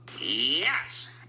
Yes